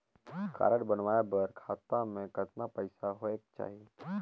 Card बनवाय बर खाता मे कतना पईसा होएक चाही?